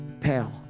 pale